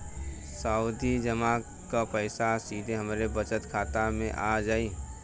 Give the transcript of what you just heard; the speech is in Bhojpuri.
सावधि जमा क पैसा सीधे हमरे बचत खाता मे आ जाई?